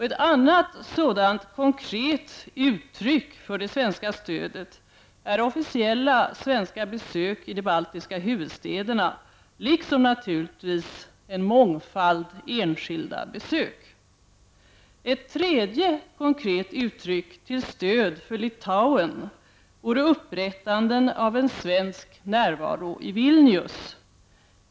Ett annat sådan konkret uttryck för det svenska stödet är officiella svenska besök i de baltiska huvudstäderna, liksom naturligtvis en mångfald enskilda besök. Ett tredje konkret uttryck till stöd för Litauen vore upprättandet av en svensk närvaro i Vilnius.